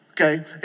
Okay